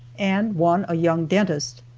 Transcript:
and one a young dentist.